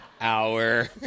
hour